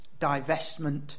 divestment